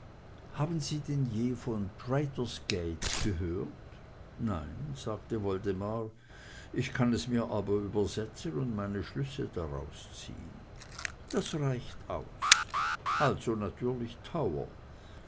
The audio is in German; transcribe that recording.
haben sie denn je von traitors gate gehört nein sagte woldemar ich kann es mir aber übersetzen und meine schlüsse daraus ziehn das reicht aus also natürlich tower